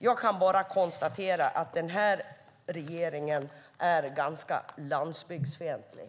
Jag kan bara konstatera att den här regeringen är ganska landsbygdsfientlig.